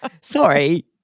Sorry